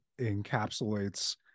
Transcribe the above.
encapsulates